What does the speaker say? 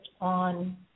on